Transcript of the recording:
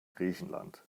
griechenland